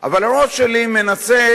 אבל הראש שלי מנסה